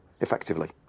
effectively